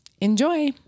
enjoy